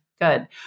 good